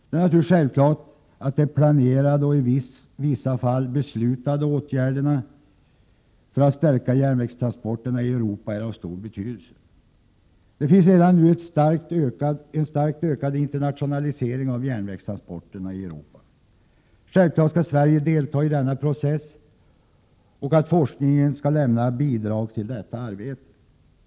Det är självklart att de planerade och i vissa fall beslutade åtgärderna för att stärka järnvägstransporterna i Europa är av stor betydelse. Det finns redan nu en starkt ökad internationalisering av järnvägstransporterna i Europa. Självklart skall Sverige delta i denna process och i forskningen lämna bidrag till detta arbete.